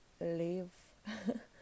live